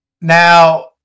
Now